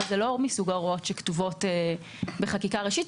זה לא מסוג ההוראות שכתובות בחקיקה ראשית.